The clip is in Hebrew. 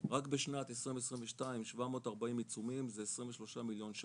רק בשנת 2022, 740 עיצומים, זה 23 מיליון ₪,